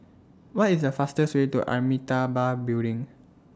What IS The fastest Way to Amitabha Building